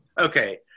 okay